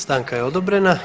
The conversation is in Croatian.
Stanka je odobrena.